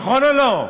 נכון או לא?